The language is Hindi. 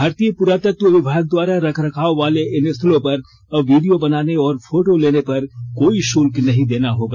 भारतीय पुरातत्व विभाग द्वारा रखरखाव वाले इन स्थलों पर अब वीडियो बनाने और फोटो लेने पर कोई शुल्क नहीं देना होगा